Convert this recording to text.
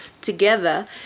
together